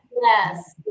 Yes